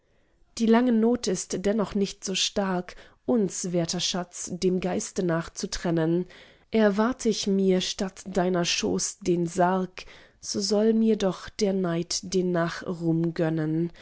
die lange not ist dennoch nicht so stark uns werter schatz dem geiste nach zu trennen erwart ich mir statt deiner schoß den sarg so soll mir doch der neid den nachruhm gönnen